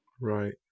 Right